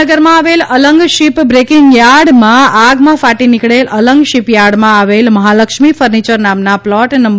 ભાવનગરમાં આવેલ Alang ship breaking યાર્ડમાં આગમાં ફાટી નીકળેલ અલંગ શિપયાર્ડમાં આવેલ મહાલક્ષ્મી ફર્નિચર નામના પ્લોટ નં